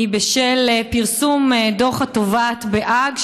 בשל פרסום דוח התובעת בהאג,